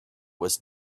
was